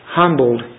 humbled